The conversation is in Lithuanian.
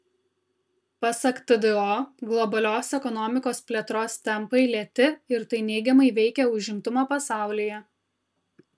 pasak tdo globalios ekonomikos plėtros tempai lėti ir tai neigiamai veikia užimtumą pasaulyje